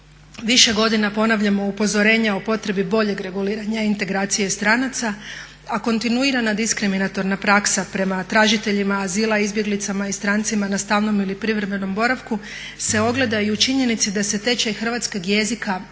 Više godina ponavljamo upozorenja o potrebi boljeg reguliranja integracije stranaca a kontinuirana diskriminatorna praksa prema tražiteljima azila, izbjeglicama i strancima na stalnom ili privremenom boravku se ogleda i u činjenici da se tečaj hrvatskog jezika